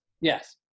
Yes